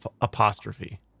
Apostrophe